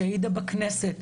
שהעידה בכנסת,